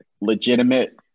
legitimate